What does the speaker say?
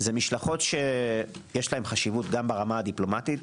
זה משלחות שיש להן חשיבות גם ברמה הדיפלומטית,